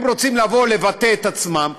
הם רוצים לבוא ולבטא את עצמם,